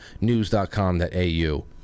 news.com.au